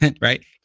right